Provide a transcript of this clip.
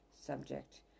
subject